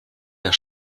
der